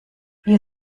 ihr